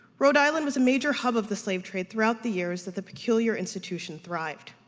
rhode island was a major hub of the slave trade throughout the years that the peculiar institution thrived.